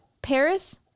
Paris